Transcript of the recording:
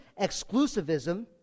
exclusivism